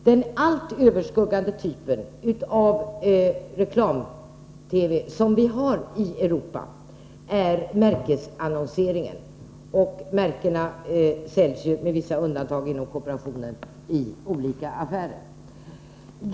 Den allt överskuggande typen av TV-reklam i Europa är märkesannonseringen, och märkena säljs ju, med vissa undantag inom kooperationen, i olika affärer.